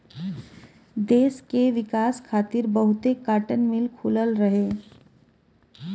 देस के विकास खातिर बहुते काटन मिल खुलल रहे